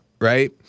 right